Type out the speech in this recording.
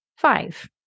five